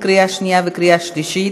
בקריאה שנייה וקריאה שלישית.